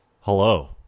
Hello